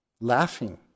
Laughing